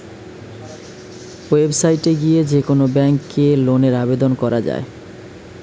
website এ গিয়ে যে কোন ব্যাংকে লোনের আবেদন করা যায়